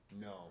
No